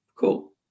Cool